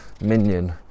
minion